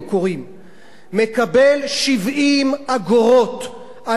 מקבל 70 אגורות על ספר, ברוטו,